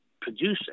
producing